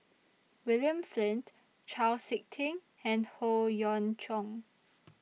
William Flint Chau Sik Ting and Howe Yoon Chong